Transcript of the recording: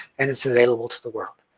and it's available to the world.